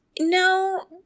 No